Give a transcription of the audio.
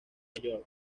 york